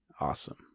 Awesome